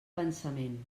pensament